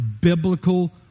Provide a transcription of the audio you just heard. biblical